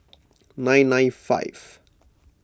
nine nine five